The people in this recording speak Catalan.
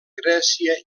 grècia